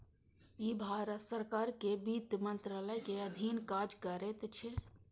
ई भारत सरकार के वित्त मंत्रालयक अधीन काज करैत छै